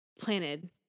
planted